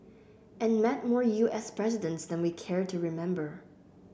and met more U S presidents than we care to remember